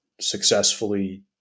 successfully